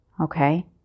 okay